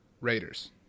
Raiders